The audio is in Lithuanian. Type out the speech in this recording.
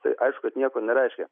tai aišku kad nieko nereiškia